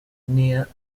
near